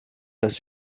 das